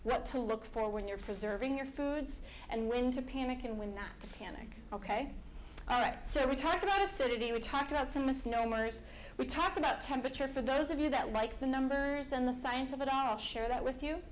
what to look for when you're preserving your foods and when to panic and when not to panic ok all right so we talked about acidity we talked about some misnomers we talked about temperature for those of you that like the numbers on the science of it all share that with you